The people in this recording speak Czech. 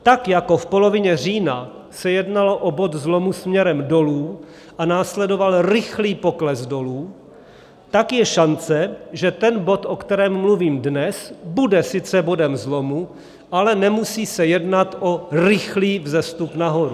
Tak jako v polovině října se jednalo o bod zlomu směrem dolů a následoval rychlý pokles dolů, tak je šance, že ten bod, o kterém mluvím dnes, bude sice bodem zlomu, ale nemusí se jednat o rychlý vzestup nahoru.